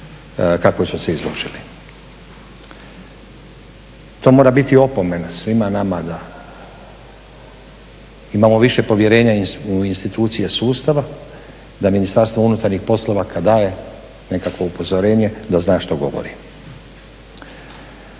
kakvoj su se izložili. To mora biti opomena svima nama da imamo više povjerenja u institucije sustava, da Ministarstvo unutarnjih poslova kad daje nekakvo upozorenje da zna što govori.